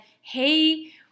Hey